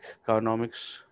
economics